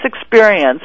experience